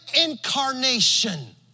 incarnation